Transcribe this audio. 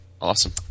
Awesome